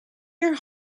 your